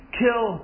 kill